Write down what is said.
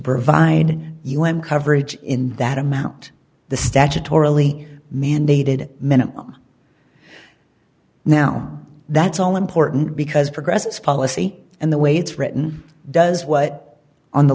provide un coverage in that amount the statutorily mandated minimum now that's all important because progress is policy and the way it's written does what on the